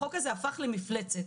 החוק הזה הפך למפלצת.